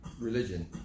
religion